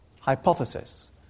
hypothesis